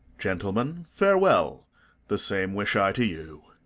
gentlemen, farewell the same wish i to you.